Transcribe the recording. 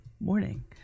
morning